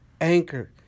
Anchor